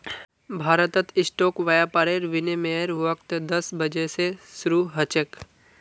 भारतत स्टॉक व्यापारेर विनियमेर वक़्त दस बजे स शरू ह छेक